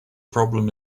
problem